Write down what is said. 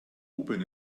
oben